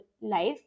life